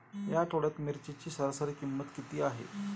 या आठवड्यात मिरचीची सरासरी किंमत किती आहे?